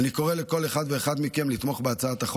אני קורא לכל אחד ואחת מכם לתמוך בהצעת החוק